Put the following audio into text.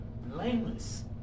blameless